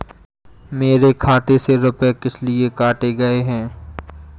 मेरे खाते से रुपय किस लिए काटे गए हैं?